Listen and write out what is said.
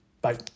Bye